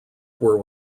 were